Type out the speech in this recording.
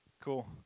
Cool